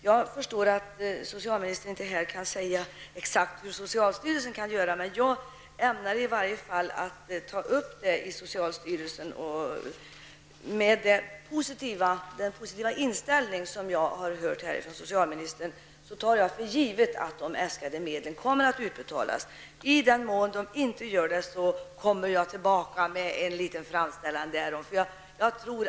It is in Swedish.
Jag förstår att socialministern inte kan säga exakt hur socialstyrelsen kan agera. Jag ämnar ta upp denna fråga i socialstyrelsen, och med utgångspunkt i den positiva inställning som jag har hört uttalas här från socialministern tar jag för givet att de äskade medlen kommer att utbetalas. För den händelse att så inte sker kommer jag tillbaka med en liten framställning härom.